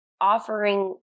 offering